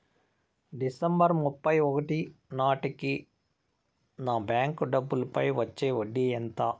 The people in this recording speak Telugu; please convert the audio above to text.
డిసెంబరు ముప్పై ఒకటి నాటేకి నా బ్యాంకు డబ్బుల పై వచ్చిన వడ్డీ ఎంత?